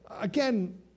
again